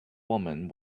woman